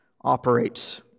operates